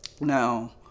now